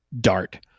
dart